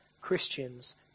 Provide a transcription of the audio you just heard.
Christians